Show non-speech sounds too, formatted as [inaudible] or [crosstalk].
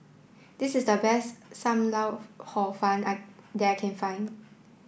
this is the best Sam Lau [unintelligible] Hor Fun I that I can find